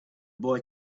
boy